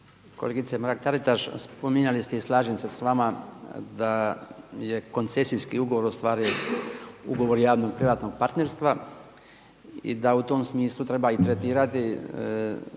Kolegice Mrak Taritaš. Spominjali ste i slažem se s vama da je koncesijski ugovor ustvari ugovor javno privatnog partnerstva i da u tom smislu i treba tretirati sve one